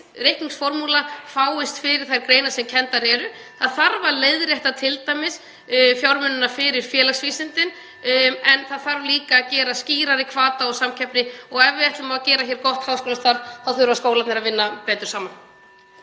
reikniformúla fáist fyrir þær greinar sem kenndar eru. Það þarf að leiðrétta t.d. fjármunina fyrir félagsvísindin en það þarf líka að hafa skýrari hvata og samkeppni. (Forseti hringir.) Ef við ætlum að skapa hér gott háskólastarf þurfa skólarnir að vinna betur saman.